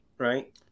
right